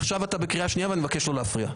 עכשיו אתה בקריאה שנייה ואני מבקש לא להפריע.